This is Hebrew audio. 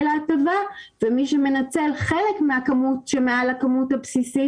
להטבה ומי שמנצל חלק מהכמות שמעל הכמות הבסיסית,